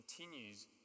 continues